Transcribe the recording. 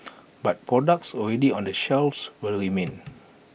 but products already on the shelves will remain